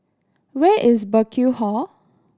where is Burkill Hall